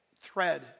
thread